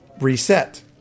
reset